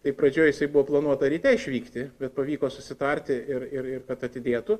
tai pradžioj jisai buvo planuota ryte išvykti bet pavyko susitarti ir ir ir kad atidėtų